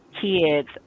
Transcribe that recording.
kids